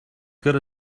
good